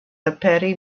aperi